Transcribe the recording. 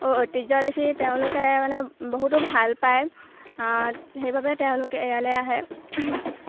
ঐতিহ্য দেখি তেওঁলোকে মানে বহুতো ভাল পায় সেইবাবে তেওঁলোকে ইয়ালৈ আহে